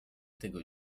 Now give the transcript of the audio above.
tego